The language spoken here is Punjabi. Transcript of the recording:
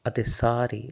ਅਤੇ ਸਾਰੇ